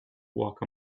walk